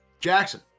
Jackson